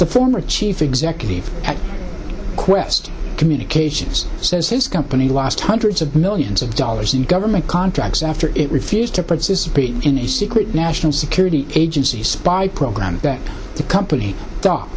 the former chief executive at qwest communications says his company lost hundreds of millions of dollars in government contracts after it refused to participate in a secret national security agency's spy program that the company